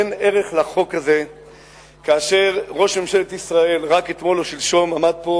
אין ערך לחוק הזה כאשר ראש ממשלת ישראל רק אתמול או שלשום עמד פה